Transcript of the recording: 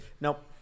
Nope